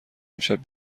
امشب